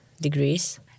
degrees